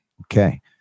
Okay